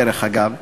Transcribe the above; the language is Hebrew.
דרך אגב,